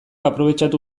aprobetxatu